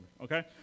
okay